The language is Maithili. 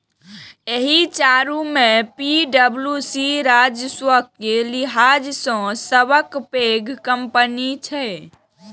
एहि चारू मे पी.डब्ल्यू.सी राजस्वक लिहाज सं सबसं पैघ कंपनी छै